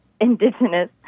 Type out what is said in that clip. indigenous